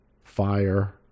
fire